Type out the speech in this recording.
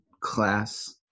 class